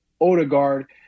Odegaard